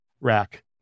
rack